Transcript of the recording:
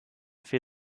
für